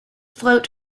float